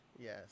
Yes